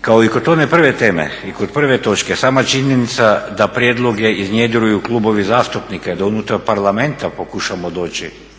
Kao i kod one prve teme i kod prve točke, sama činjenica da prijedloge iznjedruju klubovi zastupnika i da unutar parlamenta pokušamo doći